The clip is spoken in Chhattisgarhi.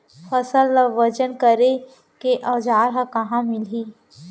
फसल ला वजन करे के औज़ार हा कहाँ मिलही?